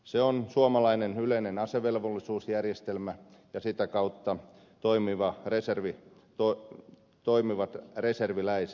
se on suomalainen yleinen asevelvollisuusjärjestelmä ja sitä kautta toimivat reserviläiset